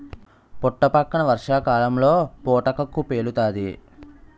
పుట్టపక్కన వర్షాకాలంలో పుటకక్కు పేలుతాది